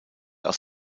aus